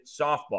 softball